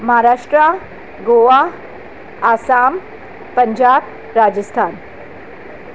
Maharashtra Goa Assam Punjab Rajasthan